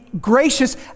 gracious